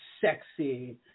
sexy